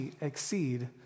exceed